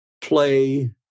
play